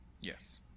Yes